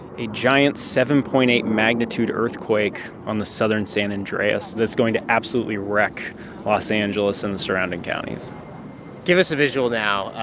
a giant seven point eight magnitude earthquake on the southern san andreas that's going to absolutely wreck los angeles and the surrounding counties give us a visual now.